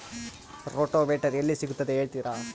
Rotavator ಎಲ್ಲಿ ಸಿಗುತ್ತದೆ ಹೇಳ್ತೇರಾ?